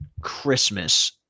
Christmas